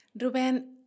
Ruben